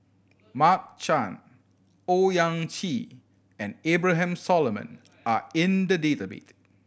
Mark Chan Owyang Chi and Abraham Solomon are in the database